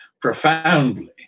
profoundly